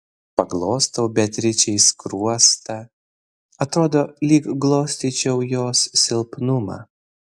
paglostau beatričei skruostą atrodo lyg glostyčiau jos silpnumą